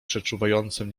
przeczuwającym